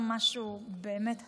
משהו באמת הזוי.